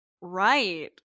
Right